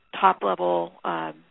top-level